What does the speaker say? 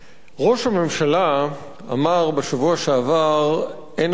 ראש הממשלה אמר בשבוע שעבר, אין ארוחות חינם.